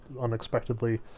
unexpectedly